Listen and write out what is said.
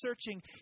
searching